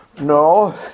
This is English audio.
No